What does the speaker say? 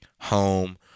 Home